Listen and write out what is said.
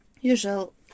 usual